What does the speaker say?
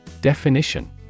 Definition